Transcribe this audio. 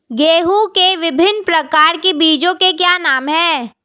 गेहूँ के विभिन्न प्रकार के बीजों के क्या नाम हैं?